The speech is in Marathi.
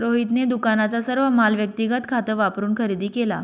रोहितने दुकानाचा सर्व माल व्यक्तिगत खात वापरून खरेदी केला